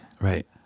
right